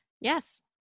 Yes